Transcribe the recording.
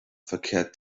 verkehrt